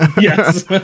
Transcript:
Yes